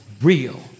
real